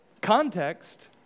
context